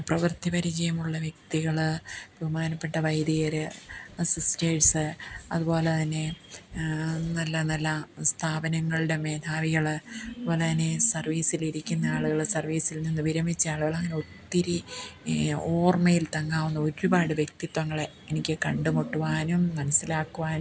പ്രവർത്തിപരിചയമുള്ള വ്യക്തികൾ ബഹുമാനപ്പെട്ട വൈദികർ സിസ്റ്റേഴ്സ്സ് അതുപോലെത്തന്നെ നല്ല നല്ല സ്ഥാപനങ്ങളുടെ മേധാവികൾ അതുപോലെത്തന്നെ സർവ്വീസിലിരിക്കുന്ന ആളുകൾ സർവ്വീസിൽ നിന്ന് വിരമിച്ച ആളുകൾ അങ്ങനെ ഒത്തിരി ഓർമ്മയിൽത്തങ്ങാവുന്ന ഒരുപാട് വ്യക്തിത്വങ്ങളെ എനിക്ക് കണ്ടുമുട്ടുവാനും മനസ്സിലാക്കുവാനും